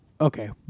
Okay